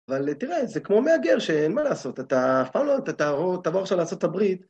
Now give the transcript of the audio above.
אבל תראה, זה כמו מהגר שאין מה לעשות, אתה אף פעם לא , אתה תעבור עכשיו לארצות הברית.